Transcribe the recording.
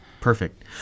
perfect